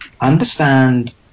understand